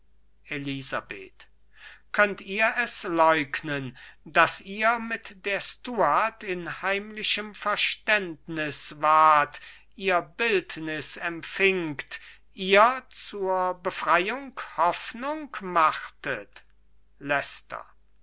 elisabeth könnt ihr es leugnen daß ihr mit der stuart in heimlichem verständnis wart ihr bildnis empfingt ihr zu befreiung hoffnung machtet